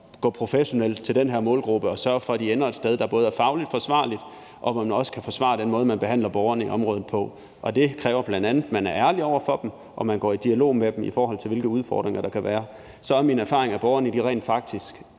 gå professionelt til den her målgruppe og sørge for, at de ender et sted, der både er fagligt forsvarligt, og hvor man også kan forsvare den måde, man behandler borgerne i området på, og det kræver bl.a., at man er ærlig over for dem, og at man går i dialog med dem, i forhold til hvilke udfordringer der kan være, og så er min erfaring, at borgerne rent faktisk